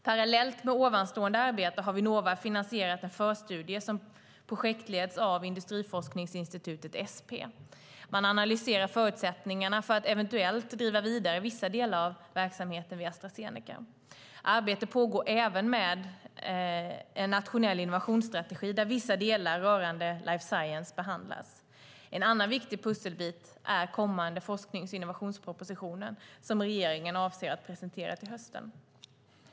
Parallellt med ovanstående arbete har Vinnova finansierat en förstudie som projektleds av industriforskningsinstitutet SP. Man analyserar förutsättningarna för att eventuellt driva vidare vissa delar av verksamheten vid Astra Zeneca. Arbete pågår även med en nationell innovationsstrategi där vissa delar rörande life science behandlas. En annan viktig pusselbit är kommande forsknings och innovationsproposition, som regeringen avser att presentera till hösten.